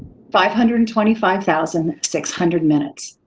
five hundred and twenty five thousand six hundred minutes,